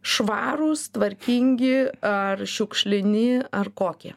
švarūs tvarkingi ar šiukšlini ar kokie